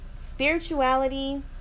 spirituality